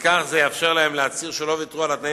וכך זה יאפשר להם להצהיר שלא ויתרו על התנאים